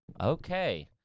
Okay